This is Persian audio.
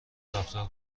رفتار